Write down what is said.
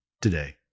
today